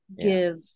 give